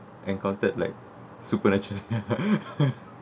encountered like supernatural